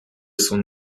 son